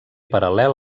paral·lel